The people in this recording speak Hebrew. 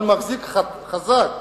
אבל מחזיק חזק.